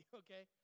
okay